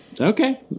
Okay